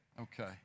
Okay